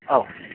औ